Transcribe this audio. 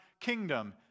kingdom